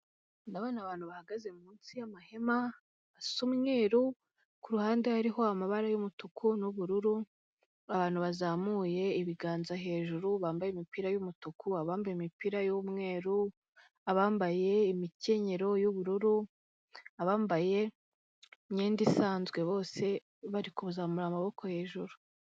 Nabonye abantu bahagaze munsi y'amahemasa umweru kuruhande hariho amabara y'umutuku nubururu abantu bazamuye ibiganza hejuru bambaye imipira y'umutuku, abambaye imipira y'umweru, abambaye imikenyero y'ubururu, abambaye imyenda isanzwe bose bari kuzamura amaboko hejuru.